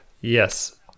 yes